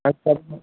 अच्छा अच्छा